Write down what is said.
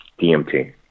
DMT